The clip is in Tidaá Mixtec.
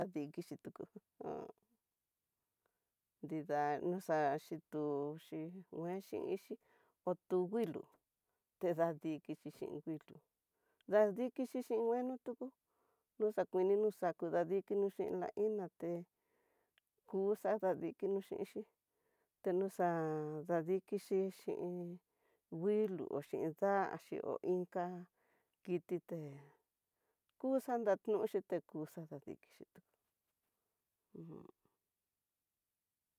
Adinkixhi tuku jun nrida noxa, xhituchi nguenxhi inxhi otunguilo, te dadikixhi xhin nguilo, ndadikixhi xhin ngueno tú, tuxakuini no xaku dadikino xhin la iná té kuxa'á dadikino xhinxi, texa'á dadikixhi xhin nguilo xhin danxi hó inka kiti té, kuxa ndanduxi kuxadiki xhitú, ajan.